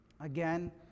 again